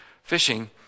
fishing